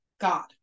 God